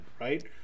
right